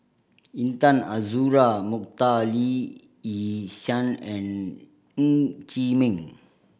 Intan Azura Mokhtar Lee Yi Shyan and Ng Chee Meng